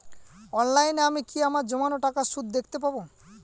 অনলাইনে আমি কি আমার জমানো টাকার সুদ দেখতে পবো?